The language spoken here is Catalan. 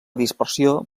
dispersió